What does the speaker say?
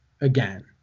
again